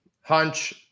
Hunch